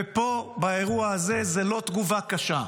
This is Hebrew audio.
ופה באירוע הזה, זה לא תגובה קשה,